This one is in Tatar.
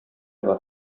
бар